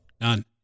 None